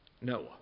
Noah